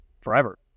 forever